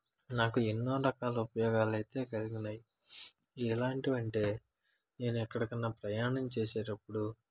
నాకు ఎన్నో రకాల ఉపయోగాలైతే కలిగినాయి ఎలాంటివంటే నేను ఎక్కడికైనా ప్రయాణం చేసేటప్పుడు